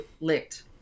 licked